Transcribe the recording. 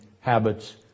habits